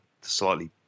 slightly